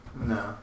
No